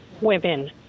women